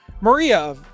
Maria